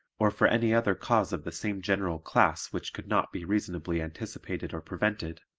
or for any other cause of the same general class which could not be reasonably anticipated or prevented,